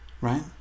right